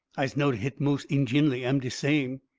i'se notice hit mos' ingin'lly am de same.